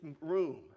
room